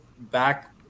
back